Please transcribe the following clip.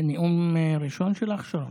כן.